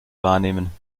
wahrnehmen